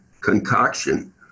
concoction